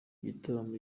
gitaramo